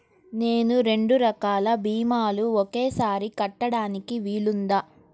నేను రెండు రకాల భీమాలు ఒకేసారి కట్టడానికి వీలుందా?